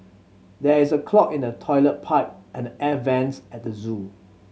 there is a clog in the toilet pipe and the air vents at the zoo